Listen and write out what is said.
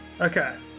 okay